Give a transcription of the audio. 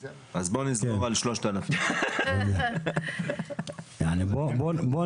אז בוא נסגור על 3,000... תשמע,